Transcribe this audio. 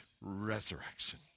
resurrection